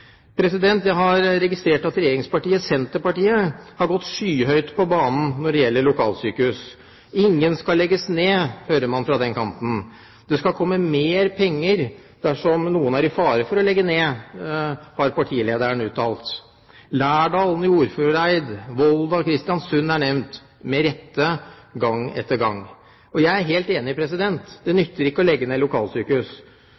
Jeg har registrert at regjeringspartiet Senterpartiet har gått skyhøyt på banen når det gjelder lokalsykehus – ingen skal legges ned, hører man fra den kanten. Det skal komme mer penger dersom noen er i fare for å bli lagt ned, har partilederen uttalt. Lærdal, Nordfjordeid, Volda og Kristiansund er nevnt – med rette – gang etter gang. Jeg er helt enig. Det nytter ikke å legge ned lokalsykehus. Men når det